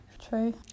true